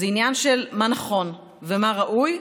זה עניין של מה נכון ומה ראוי.